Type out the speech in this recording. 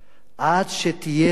עד שתהיה סיבה טובה,